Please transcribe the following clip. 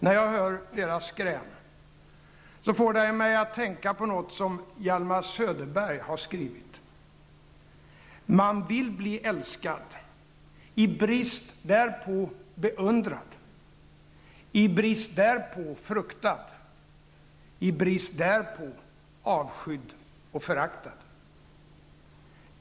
När jag hör deras skrän, får de mig att tänka på något som Hjalmar Söderberg har skrivit: ''Man vill bli älskad, i brist därpå beundrad, i brist därpå avskydd och föraktad.''